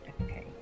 Okay